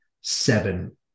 seven